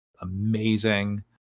amazing